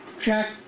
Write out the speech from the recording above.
Jack